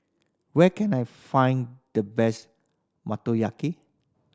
where can I find the best Motoyaki